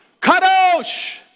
Kadosh